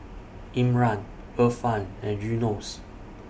Imran Irfan and Yunos